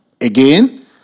Again